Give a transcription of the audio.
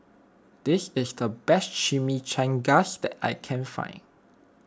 this is the best Chimichangas that I can find